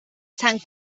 sant